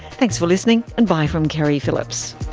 thanks for listening and bye from keri phillips